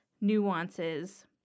nuances